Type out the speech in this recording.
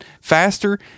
Faster